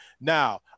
now